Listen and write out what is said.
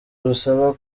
busaba